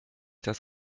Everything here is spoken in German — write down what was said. das